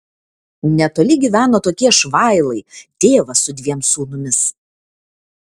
netoli gyveno tokie švailai tėvas su dviem sūnumis